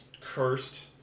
cursed